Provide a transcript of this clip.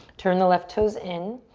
turn the left toes in.